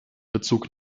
bezug